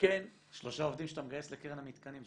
כן --- שלושה עובדים שאתה מגייס לקרן המתקנים.